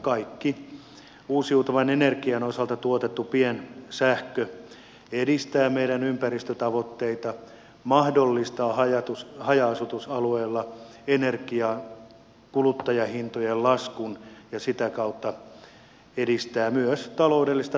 kaikki uusiutuvan energian osalta tuotettu piensähkö edistää meidän ympäristötavoitteitamme mahdollistaa haja asutusalueilla energian kuluttajahintojen laskun ja sitä kautta edistää myös taloudellista toimeliaisuutta